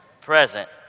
Present